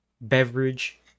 beverage